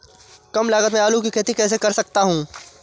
कम लागत में आलू की खेती कैसे कर सकता हूँ?